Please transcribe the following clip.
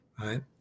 right